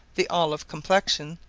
the olive complexion,